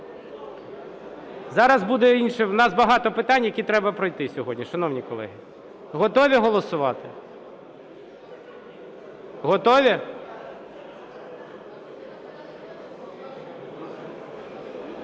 Зараз буде інше, в нас багато питань, які треба пройти сьогодні, шановні колеги. Готові голосувати? Готові?